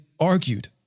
argued